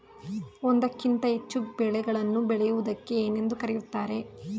ಒಂದಕ್ಕಿಂತ ಹೆಚ್ಚು ಬೆಳೆಗಳನ್ನು ಬೆಳೆಯುವುದಕ್ಕೆ ಏನೆಂದು ಕರೆಯುತ್ತಾರೆ?